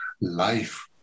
life